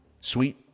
Sweet